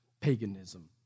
paganism